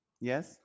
yes